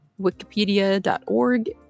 Wikipedia.org